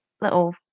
little